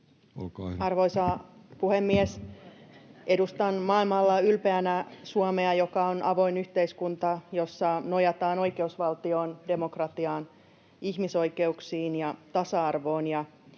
Arvoisa puhemies! Edustan maailmalla ylpeänä Suomea, joka on avoin yhteiskunta, jossa nojataan oikeusvaltioon, demokratiaan, ihmisoikeuksiin ja tasa-arvoon,